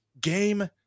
Game